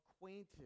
acquainted